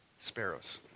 sparrows